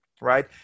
right